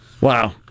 Wow